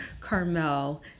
Carmel